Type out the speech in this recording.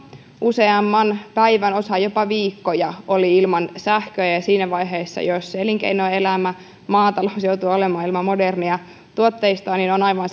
useamman päivän ajan osa jopa viikkoja ilman sähköä siinä vaiheessa jos elinkeinoelämä ja maatalous joutuvat olemaan ilman modernia tuotteistoa on aivan